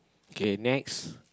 K next